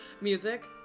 music